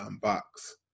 box